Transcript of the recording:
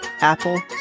Apple